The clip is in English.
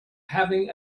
having